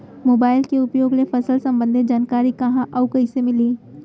Mobile के उपयोग ले फसल सम्बन्धी जानकारी कहाँ अऊ कइसे मिलही?